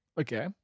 Okay